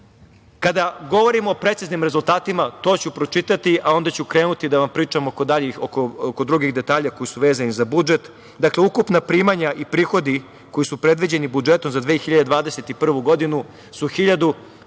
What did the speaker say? govorim o preciznim rezultatima, to ću pročitati, a onda ću krenuti da vam pričam oko drugih detalja koji su vezani za budžet. Dakle, ukupna primanja i prihodi koji su predviđeni budžetom za 2021. godinu su 1.336